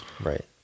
Right